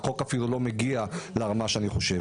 החוק אפילו לא מגיע לרמה שאני חושב.